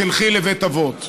את תלכי לבית אבות.